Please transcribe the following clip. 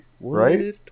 Right